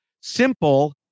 simple